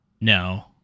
No